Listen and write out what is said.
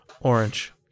Orange